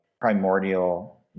primordial